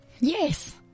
Yes